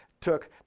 took